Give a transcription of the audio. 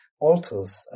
altars